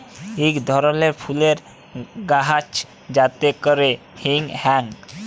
ইক ধরলের ফুলের গাহাচ যাতে ক্যরে হিং হ্যয়